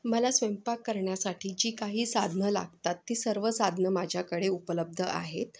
मला स्वयंपाक करण्यासाठी जी काही साधनं लागतात ती सर्व साधनं माझ्याकडे उपलब्ध आहेत